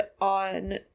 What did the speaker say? on